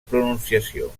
pronunciació